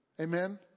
Amen